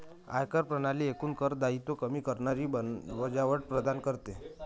आयकर प्रणाली एकूण कर दायित्व कमी करणारी वजावट प्रदान करते